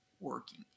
working